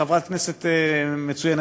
חברת כנסת מצוינת,